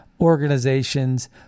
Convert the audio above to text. organizations